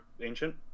Ancient